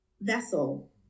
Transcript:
vessel